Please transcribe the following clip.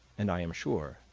and i am sure,